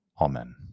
Amen